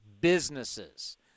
businesses